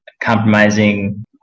compromising